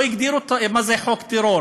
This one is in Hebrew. לא הגדירו מה זה חוק טרור.